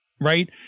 right